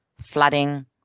Flooding